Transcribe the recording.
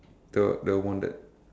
the the one that